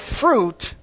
fruit